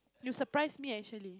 you surprise me actually